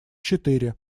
четыре